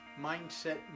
mindset